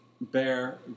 bear